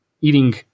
eating